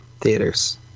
theaters